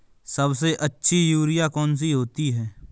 सबसे अच्छी यूरिया कौन सी होती है?